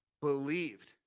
believed